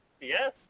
Yes